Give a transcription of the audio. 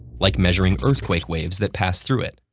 like measuring earthquake waves that pass through it,